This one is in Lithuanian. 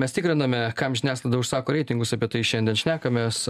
mes tikriname kam žiniasklaida užsako reitingus apie tai šiandien šnekamės